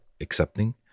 accepting